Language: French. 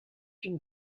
une